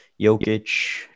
Jokic